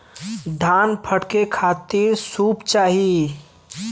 धान फटके खातिर सूप चाही